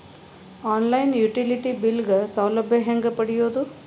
On line utility bill ಗ ಸೌಲಭ್ಯ ಹೇಂಗ ಪಡೆಯೋದು?